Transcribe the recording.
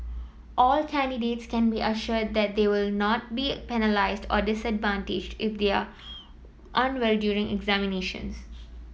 all candidates can be assured that they will not be penalised or disadvantaged if they are unwell during examinations